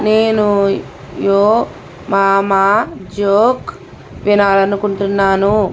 నేను yo mama joke వినాలని అనుకుంటున్నాను